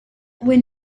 when